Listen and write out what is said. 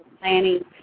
planning